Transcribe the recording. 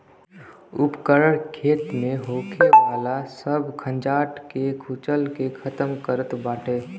उपकरण खेत में होखे वाला सब खंजाट के कुचल के खतम करत बाटे